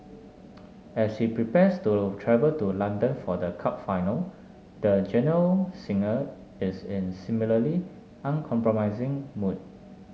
as he prepares to travel to London for the cup final the genial singer is in similarly uncompromising mood